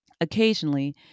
Occasionally